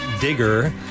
digger